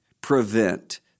prevent